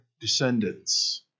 descendants